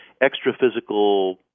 extra-physical